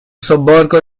sobborgo